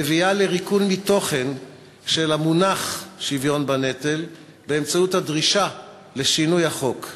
מביאה לריקון מתוכן של המונח "שוויון בנטל" באמצעות הדרישה לשינוי החוק,